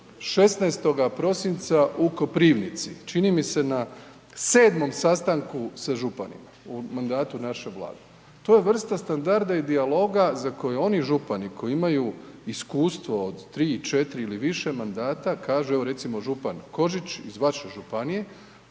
16. prosinca u Koprivnici, čini mi se na 7. sastanku sa županima u mandatu naše Vlade, to je vrsta standarda i dijaloga za koju oni župani koji imaju iskustvo od 3, 4 ili više mandata kažu, evo recimo župan Kožić iz vaše županije